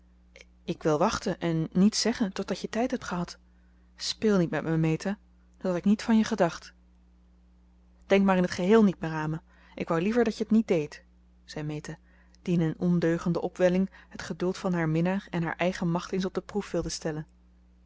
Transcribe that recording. ik wil wachten en niets zeggen totdat je tijd hebt gehad speel niet met me meta dat had ik niet van je gedacht denk maar in het geheel niet meer aan me ik wou liever dat je t niet deed zei meta die in een ondeugende opwelling het geduld van haar minnaar en haar eigen macht eens op de proef wilde stellen